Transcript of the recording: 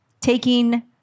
taking